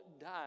died